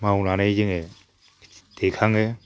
मावनानै जोङो दैखाङो